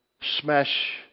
smash